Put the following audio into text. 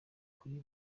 kuri